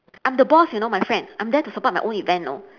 I'm the boss you know my friend I'm there to support my own event you know